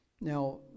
Now